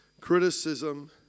criticism